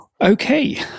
Okay